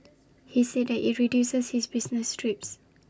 he said that IT reduces his business trips